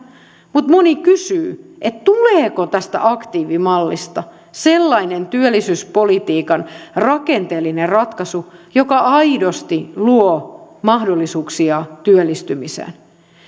mutta moni kysyy tuleeko tästä aktiivimallista sellainen työllisyyspolitiikan rakenteellinen ratkaisu joka aidosti luo mahdollisuuksia työllistymiseen